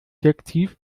objektiv